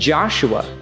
Joshua